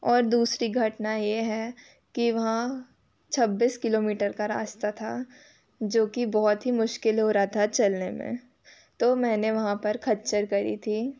और दूसरी घटना यह है कि वहाँ छब्बीस किलोमीटर का रास्ता था जो कि बहुत ही मुश्किल हो रहा था चलने में तो मैंने वहाँ पर खच्चर करी थी